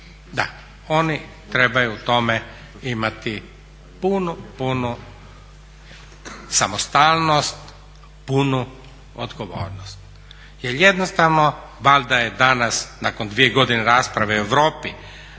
Da oni trebaju tome imati punu, punu samostalnost punu odgovornost jer jednostavno valjda je danas nakon dvije godine rasprave u Europi